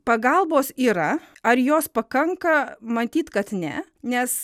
pagalbos yra ar jos pakanka matyt kad ne nes